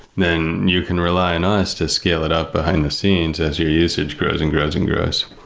then you can rely on us to scale it up behind the scenes as your usage grows and grows and grows.